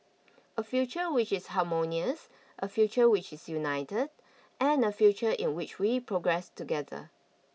a future which is harmonious a future which is united and a future in which we progress together